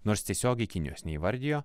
nors tiesiogiai kinijos neįvardijo